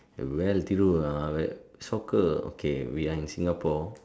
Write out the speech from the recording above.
well Thiru uh soccer okay we are in Singapore